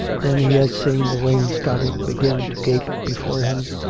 then he had seen the wainscoting begin to gape before him,